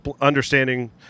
understanding